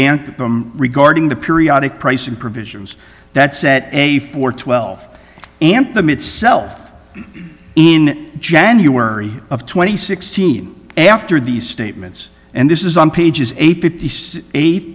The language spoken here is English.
them regarding the periodic pricing provisions that set a for twelve and them itself in january of twenty sixteen after these statements and this is on pages eight fifty eight